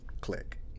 Click